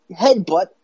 headbutt